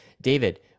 David